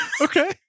Okay